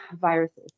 viruses